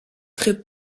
très